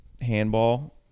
handball